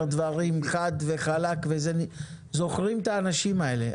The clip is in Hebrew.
דברים חד וחלק וזוכרים את האנשים האלה,